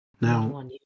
Now